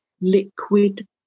liquid